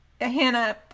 Hannah